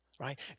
right